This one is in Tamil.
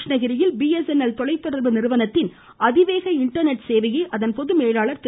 கிருஷ்ணகிரியில் பிஎஸ்என்எல் தொலைத்தொடா்பு நிறுவனத்தின் அதிவேக இண்டர்நெட் சேவையை இதன் பொதுமேலாளர் திரு